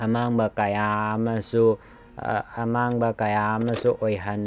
ꯑꯃꯥꯡꯕ ꯀꯌꯥ ꯑꯃꯁꯨ ꯑꯃꯥꯡꯕ ꯀꯌꯥ ꯑꯃꯁꯨ ꯑꯣꯏꯍꯟ